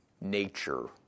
nature